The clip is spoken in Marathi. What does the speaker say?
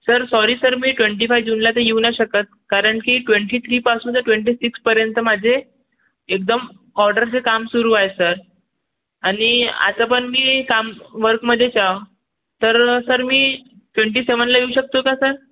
सर सॉरी सर मी ट्वेंटी फाय जूनला तर येऊ नाही शकत कारण की ट्वेंटी थ्रीपासून ते ट्वेंटी सिक्सपर्यंत माझे एकदम ऑर्डरचं काम सुरू आहे सर आणि आता पण मी काम वर्क मध्येचाव तर सर मी ट्वेंटी सेवनला येऊ शकतो का सर